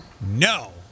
No